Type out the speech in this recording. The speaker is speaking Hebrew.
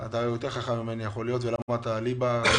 אתה יותר חכם ממני ולמדת ליבה,